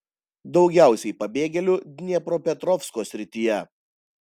daugiausiai pabėgėlių dniepropetrovsko srityje